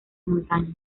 montañas